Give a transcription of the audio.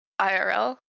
IRL